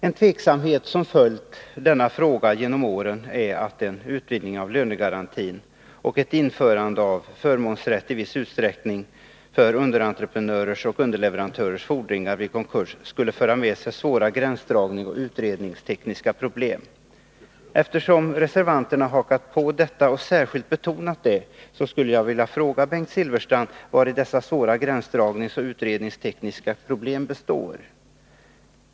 En tveksamhet som följt denna fråga genom åren är att en utvidgning av lönegarantin och ett införande av förmånsrätt i viss utsträckning för underentreprenörers och underleverantörers fordringar vid konkurser skulle föra med sig svåra gränsdragningsoch utredningstekniska problem. Eftersom reservanterna har hakat på detta och särskilt betonat det, vill jag fråga Bengt Silfverstrand vari dessa svåra gränsdragningsoch utredningstekniska problem består.